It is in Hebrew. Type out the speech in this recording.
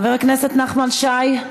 חבר הכנסת נחמן שי,